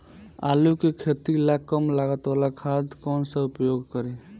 आलू के खेती ला कम लागत वाला खाद कौन सा उपयोग करी?